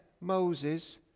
Moses